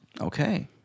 Okay